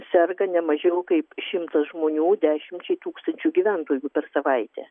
serga ne mažiau kaip šimtas žmonių dešimčiai tūkstančių gyventojų per savaitę